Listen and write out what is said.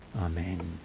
Amen